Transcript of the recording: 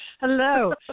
Hello